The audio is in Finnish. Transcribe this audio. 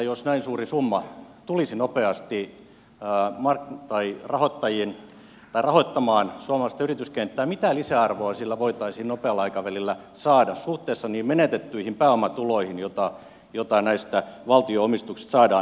jos näin suuri summa tulisi nopeasti rahoittamaan suomalaista yrityskenttää mitä lisäarvoa sillä voitaisiin nopealla aikavälillä saada suhteessa niihin menetettyihin pääomatuloihin joita näistä valtio omistuksista saadaan